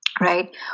right